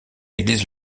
église